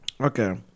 okay